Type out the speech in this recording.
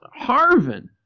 Harvin